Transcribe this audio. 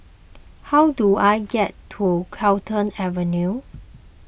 how do I get to Carlton Avenue